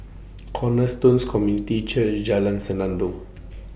Cornerstone Community Church Jalan Senandong